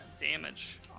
damage